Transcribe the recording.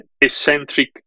eccentric